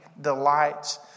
delights